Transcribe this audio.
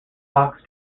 fox